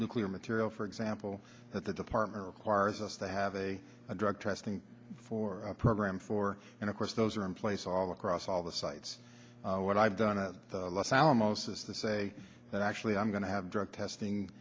nuclear material for example at the department requires us to have a drug testing for program for and of course those are in place all across all the sites what i've done a lot of alamosa say that actually i'm going to have drug testing